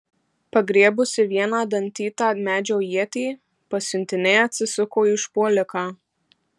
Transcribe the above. pagriebusi vieną dantytą medžio ietį pasiuntinė atsisuko į užpuoliką